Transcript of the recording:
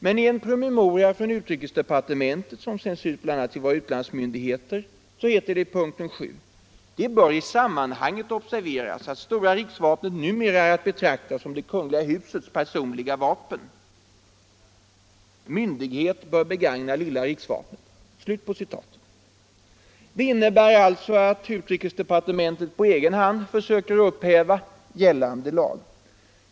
Men i en PM från utrikesdepartementet, som sänts ut bl.a. till våra utlandsmyndigheter, heter det i punkten 7: ”Det bör i sammanhanget observeras att stora riksvapnet numera är att betrakta som det Kungl. Husets personliga vapen. Myndighet bör begagna lilla riksvapnet.” Det innebär alltså att UD på egen hand försöker upphäva gällande lag!